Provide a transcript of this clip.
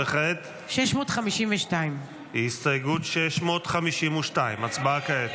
וכעת הסתייגות 652. הצבעה כעת.